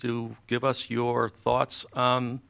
to give us your thoughts